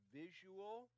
visual